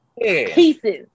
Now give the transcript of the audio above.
pieces